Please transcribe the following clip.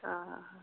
آ